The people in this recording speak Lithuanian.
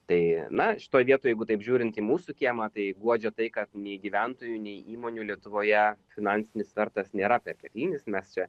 tai na šitoj vietoj jeigu taip žiūrint į mūsų kiemą tai guodžia tai kad nei gyventojų nei įmonių lietuvoje finansinis svertas nėra perteklinis mes čia